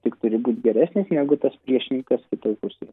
tik turi būt geresnis negu tas priešininkas kitoj pusėj